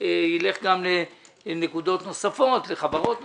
ילך גם לנקודות נוספות, לחברות נוספות.